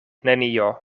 nenio